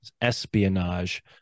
espionage